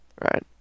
right